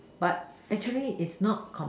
but actually is not com